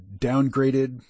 downgraded